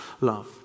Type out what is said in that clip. love